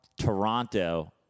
Toronto